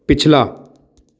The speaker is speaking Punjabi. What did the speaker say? ਪਿਛਲਾ